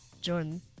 Jordan